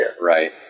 Right